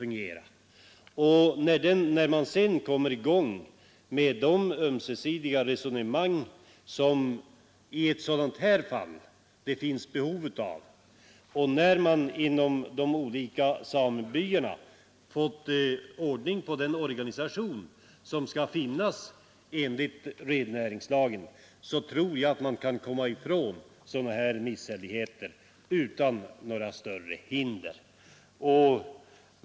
När man kommer i gång med de ömsesidiga resonemang som det i ett sådant här fall finns behov av och när man inom de olika samebyarna fått ordning på den organisation som skall finnas enligt rennäringslagen, så tror jag att vi kan slippa ifrån sådana här misshälligheter.